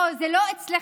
לא, זה לא "אצלכם",